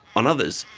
on others,